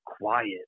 quiet